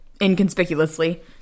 inconspicuously